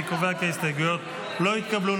אני קובע כי ההסתייגויות לא התקבלו.